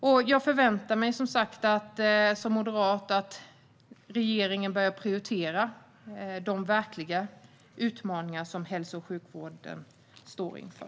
Vi moderater förväntar oss att regeringen börjar prioritera de verkliga utmaningar som hälso och sjukvården står inför.